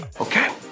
Okay